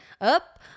Up